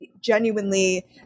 genuinely